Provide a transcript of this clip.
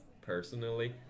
personally